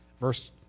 Verse